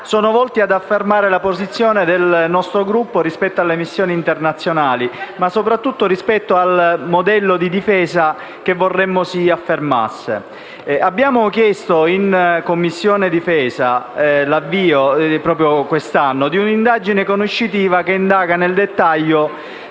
sono volti ad affermare la posizione del nostro Gruppo rispetto alle missioni internazionali ma, soprattutto, al modello di difesa che vorremmo si affermasse. Abbiamo chiesto in Commissione difesa, proprio quest'anno, l'avvio di un'indagine conoscitiva per indagare nel dettaglio